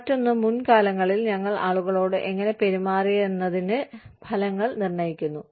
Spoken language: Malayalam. മറ്റൊന്ന് മുൻകാലങ്ങളിൽ ഞങ്ങൾ ആളുകളോട് എങ്ങനെ പെരുമാറിയെന്നതിന്റെ ഫലങ്ങൾ നിർണ്ണയിക്കുന്നു